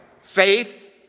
Faith